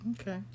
Okay